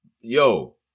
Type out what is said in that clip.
yo